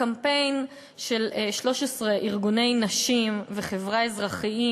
הקמפיין של 13 ארגוני נשים וחברה אזרחיים,